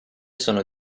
sono